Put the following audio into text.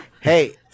hey